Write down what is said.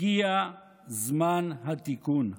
הגיע זמן התיקון.